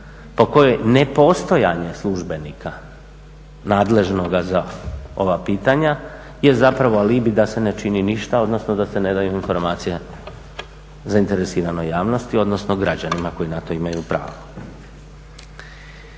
po kojoj ne postojanje službenika nadležnoga za ova pitanje jest zapravo alibi da se ne čini ništa, odnosno da se ne daju informacije zainteresiranoj javnosti, odnosno građanima koji na to imaju pravo.